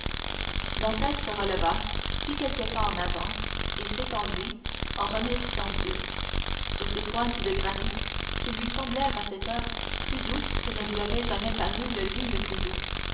de tiboulen dantès se releva fit quelques pas en avant et s'étendit en remerciant dieu sur ces pointes de granit qui lui semblèrent à cette heure plus douces que ne lui avait jamais paru le lit le plus doux